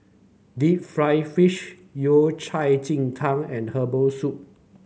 Deep Fried Fish Yao Cai Ji Tang and Herbal Soup